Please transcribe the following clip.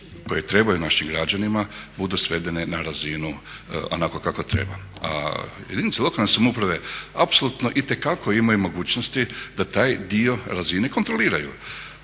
koje trebaju našim građanima budu svedene na razini onako kako treba, a jedinice lokalne samouprave apsolutno itekako imaju mogućnosti da taj dio razine kontroliraju.